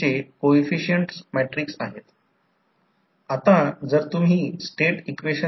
हे दोन रेजिस्टन्स आपण येथे ठेवले कारण येथे काहीही नाही